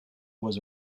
was